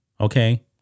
okay